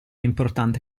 importante